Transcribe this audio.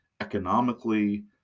economically